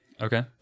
Okay